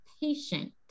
patient